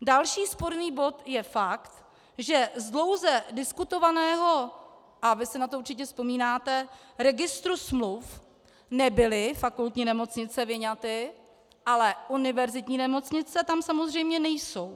Další sporný bod je fakt, že z dlouze diskutovaného a vy si na to určitě vzpomínáte registru smluv nebyly fakultní nemocnice vyňaty, ale univerzitní nemocnice tam samozřejmě nejsou.